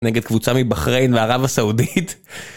נגד קבוצה מבחריין וערב הסעודית.